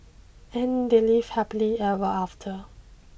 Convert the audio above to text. and they lived happily ever after